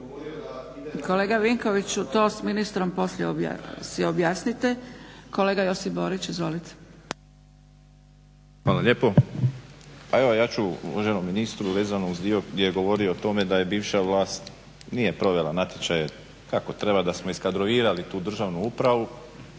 Kolega Vinkoviću to s ministrom poslije si objasnite. Kolega Josip Borić izvolite. **Borić, Josip (HDZ)** Hvala lijepo. Pa evo ja ću uvaženom ministru vezano uz dio gdje je govorio o tome da je bivša vlast nije provela natječaje kako treba, da smo iskadrovirali tu državnu upravu.